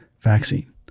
vaccine